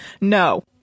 no